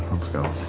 let's go.